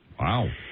Wow